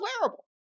wearable